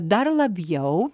dar labiau